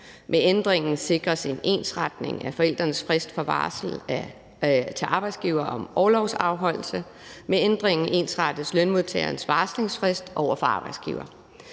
Med ændringen sikres en ensretning af forældrenes frist for varsel om orlovsafholdelse til arbejdsgiver; med ændringen ensrettes lønmodtagernes varslingsfrist over for arbejdsgiver.